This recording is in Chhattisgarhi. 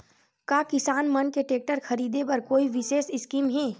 का किसान मन के टेक्टर ख़रीदे बर कोई विशेष स्कीम हे?